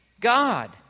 God